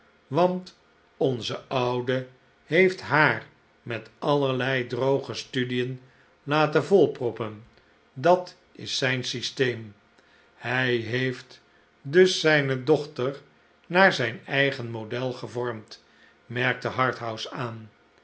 want onze oude heeft haar met allerlei droge studien laten volproppen dat is zijn systeem hij heeft dus zijne dochter naar zijn eigen model gevormd merkte harthouse aan